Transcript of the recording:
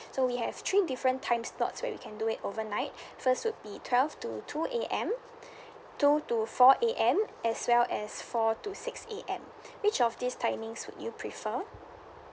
so we have three different time slots where you can do it overnight first would be twelve to two A_M two to four A_M as well as four to six A_M which of these timings would you prefer